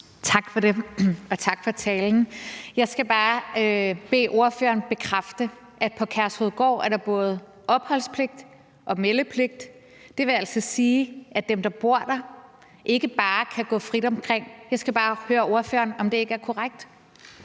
Tak for det, og tak for talen. Jeg skal bare bede ordføreren bekræfte, at på Kærshovedgård er der både opholdspligt og meldepligt. Det vil altså sige, at dem, der bor der, ikke bare kan gå frit omkring. Jeg skal bare høre ordføreren, om det ikke er korrekt.